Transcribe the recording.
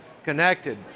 Connected